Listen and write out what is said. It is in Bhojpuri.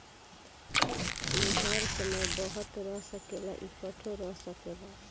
ई हर समय बहत रह सकेला, इकट्ठो रह सकेला